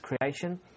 creation